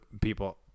people